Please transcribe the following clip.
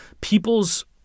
people's